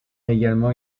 également